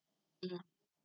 )mm)